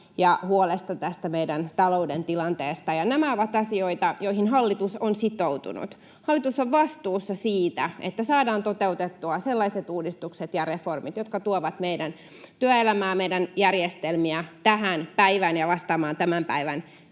ja huolesta meidän taloutemme tilanteesta. Nämä ovat asioita, joihin hallitus on sitoutunut. Hallitus on vastuussa siitä, että saadaan toteutettua sellaiset uudistukset ja reformit, jotka tuovat meidän työelämään meidän järjestelmiä tähän päivään ja vastaamaan myöskin tämän päivän